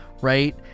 right